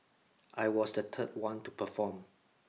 I was the third one to perform